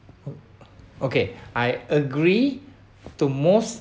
oh oh okay I agree to most